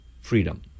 Freedom